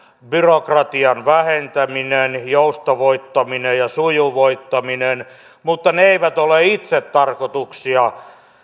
byrokratian vähentäminen joustavoittaminen ja sujuvoittaminen mutta ne eivät ole itsetarkoituksia